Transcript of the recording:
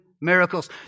miracles